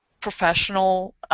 professional